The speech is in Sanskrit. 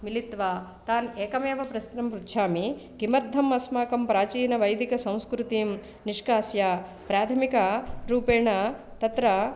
मिलित्वा तान् एकमेव प्रश्नं पृच्छामि किमर्थम् अस्माकं प्राचीनवैदिकसंस्कृतिं निष्कास्य प्राथमिकरूपेण तत्र